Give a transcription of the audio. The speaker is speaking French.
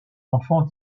enfant